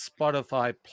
Spotify